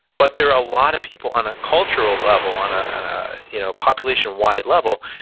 but there are a lot of people on a cultural level, on a a you know population wide level.